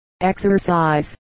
Exercise